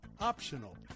optional